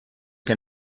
que